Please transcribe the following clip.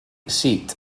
seat